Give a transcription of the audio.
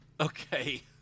Okay